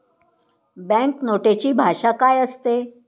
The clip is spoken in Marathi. बँक नोटेची भाषा काय असते?